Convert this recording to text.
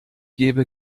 gebe